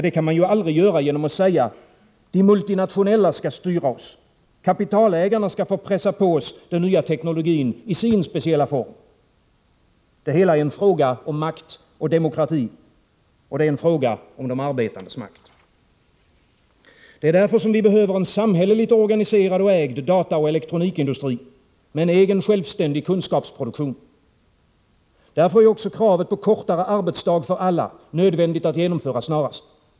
Det kan man aldrig göra genom att säga att de multinationella skall styra oss, att kapitalägarna skall få pressa på oss den nya teknologin i sin speciella form. Det är en fråga om makt och demokrati. Det är en fråga om de arbetandes makt. Det är därför vi behöver en samhälleligt organiserad och ägd dataoch elektronikindustri med en egen självständig kunskapsproduktion. Därför är också kravet på kortare arbetsdag för alla nödvändigt att uppfylla snarast.